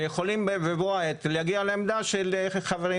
שיכולים בבוא העת להגיע לעמדה של חברים